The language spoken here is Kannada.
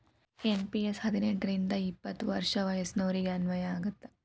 ಎನ್.ಪಿ.ಎಸ್ ಹದಿನೆಂಟ್ ರಿಂದ ಎಪ್ಪತ್ ವರ್ಷ ವಯಸ್ಸಿನೋರಿಗೆ ಅನ್ವಯ ಆಗತ್ತ